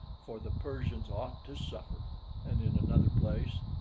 for the persians ought to suffer and in another place,